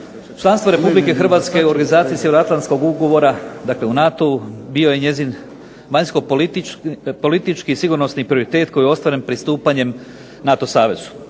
Članstvo RH u organizaciji Sjevernoatlantskog ugovora, dakle u NATO-u bio je njezin vanjskopolitički sigurnosni prioritet koji je ostvaren pristupanjem NATO savezu.